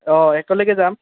অঁ একেলগে যাম